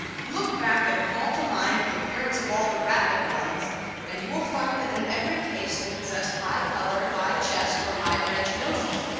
look back and call to mind the appearance of all the rapid ones and you will find that in every case they possessed high color, high chests or high-bridged noses.